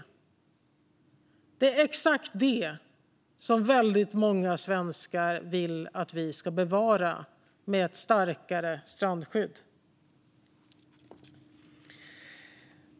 Och det är exakt det som väldigt många svenskar vill att vi ska bevara genom ett starkare strandskydd.